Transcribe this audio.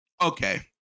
okay